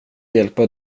hjälpa